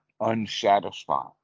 unsatisfied